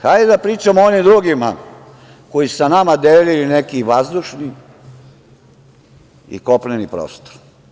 Hajde da pričamo onima drugima koji su sa nama delili neki vazdušni i kopneni prostor.